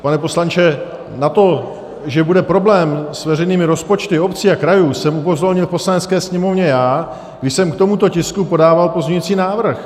Pane poslanče, na to, že bude problém s veřejnými rozpočty obcí a krajů, jsem upozornil v Poslanecké sněmovně já, když jsem k tomuto tisku podával pozměňující návrh.